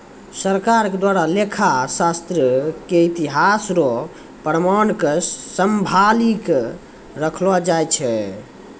सरकार के द्वारा लेखा शास्त्र के इतिहास रो प्रमाण क सम्भाली क रखलो जाय छै